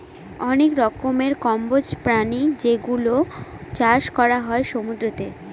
অনেক রকমের কম্বোজ প্রাণী যেগুলোর চাষ করা হয় সমুদ্রতে